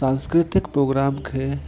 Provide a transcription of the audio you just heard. सांस्कृतिक प्रोग्राम खे